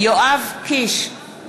אינו נוכח איוב קרא,